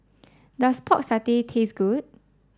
does Pork Satay taste good